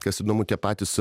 kas įdomu tie patys